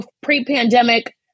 pre-pandemic